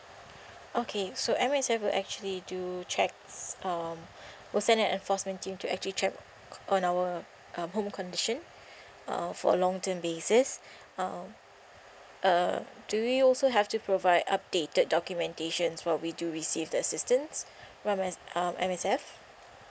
okay so M_S_F will actually do checks um will send an enforcement team to actually check on our um home condition uh for long term basis um uh do we also have to provide updated documentations while we do receive the assistance by um M_S_F